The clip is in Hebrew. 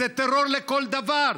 זה טרור לכל דבר.